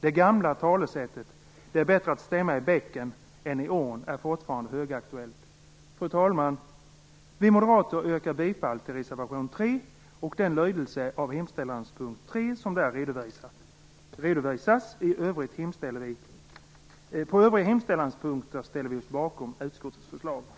Det gamla talesättet att det är bättre att stämma i bäcken än i ån är fortfarande högaktuellt. Fru talman! Vi moderater yrkar bifall till reservation 3 och till den lydelse av hemställanspunkt 3 som där redovisas. Beträffande övriga hemställanspunkter ställer vi oss bakom utskottets hemställan.